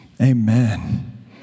amen